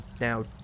now